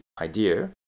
idea